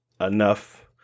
enough